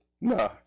Nah